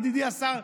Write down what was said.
ידידי השר,